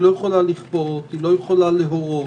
היא לא יכולה לכפות, היא לא יכולה להורות,